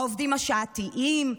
העובדים השעתיים,